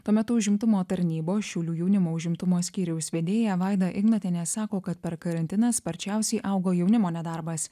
tuo metu užimtumo tarnybos šiaulių jaunimo užimtumo skyriaus vedėja vaida ignotienė sako kad per karantiną sparčiausiai augo jaunimo nedarbas